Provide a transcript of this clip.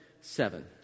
seven